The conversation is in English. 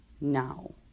now